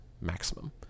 maximum